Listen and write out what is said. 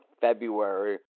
February